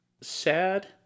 Sad